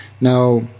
Now